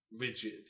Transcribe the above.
rigid